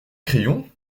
crayon